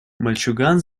мальчуган